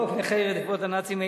בחוק נכי רדיפות הנאצים,